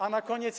A na koniec.